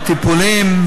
טיפולים,